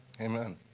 Amen